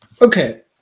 Okay